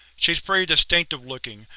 she's pretty distinctive-looking,